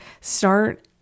start